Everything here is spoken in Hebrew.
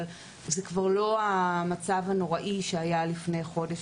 אבל זה כבר לא המצב הנוראי שהיה לפני חודש